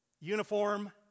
uniform